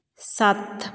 ਸੱਤ